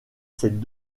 ses